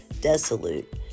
desolate